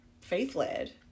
faith-led